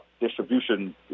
distribution